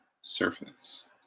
surface